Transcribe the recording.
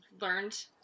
learned